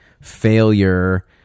failure